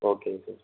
ஓகேங்க சார்